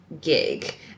gig